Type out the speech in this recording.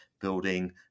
building